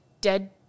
dead